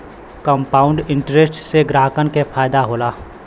compound interest से ग्राहकन के फायदा होला